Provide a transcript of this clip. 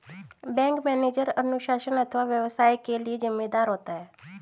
bank manager अनुशासन अथवा व्यवसाय के लिए जिम्मेदार होता है